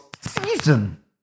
season